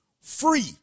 free